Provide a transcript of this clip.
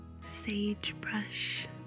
sagebrush